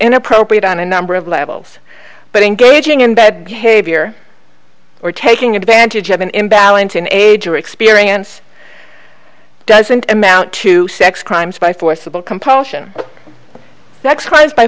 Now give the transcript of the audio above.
inappropriate on a number of levels but engaging in bed havior or taking advantage of an imbalance in age or experience doesn't amount to sex crimes by forcible compulsion sex crimes by